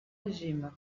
régime